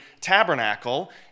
tabernacle